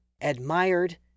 admired